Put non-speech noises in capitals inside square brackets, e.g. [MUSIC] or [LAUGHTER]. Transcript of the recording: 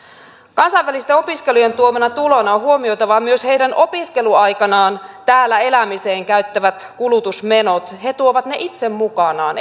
kansainvälisten opiskelijoiden tuomana tulona on huomioitava myös heidän opiskeluaikanaan täällä elämiseen käyttämät kulutusmenot he tuovat ne itse mukanaan [UNINTELLIGIBLE]